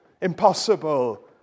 Impossible